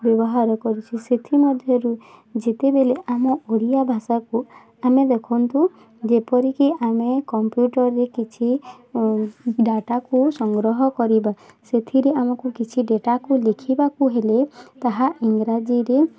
ବ୍ୟବହାର କରିଛି ସେଥିମଧ୍ୟରୁ ଯେତେବେଳେ ଆମ ଓଡ଼ିଆ ଭାଷାକୁ ଆମେ ଦେଖନ୍ତୁ ଯେପରିକି ଆମେ କମ୍ପ୍ୟୁଟରରେ କିଛି ଡାଟାକୁ ସଂଗ୍ରହ କରିବା ସେଥିରେ ଆମକୁ କିଛି ଡେଟାକୁ ଲେଖିବାକୁ ହେଲେ ତାହା ଇଂରାଜୀରେ